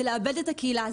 שהוא לאבד את הקהילה,